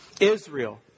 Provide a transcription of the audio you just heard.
Israel